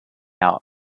out